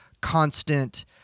constant